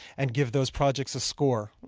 and give those projects a score.